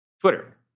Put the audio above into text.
Twitter